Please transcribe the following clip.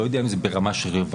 לא יודע אם זה ברמה של רווחה,